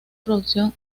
producción